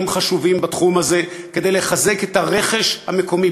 חשובים בתחום הזה כדי לחזק את הרכש המקומי,